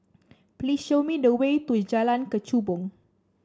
please show me the way to Jalan Kechubong